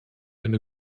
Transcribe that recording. eine